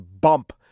bump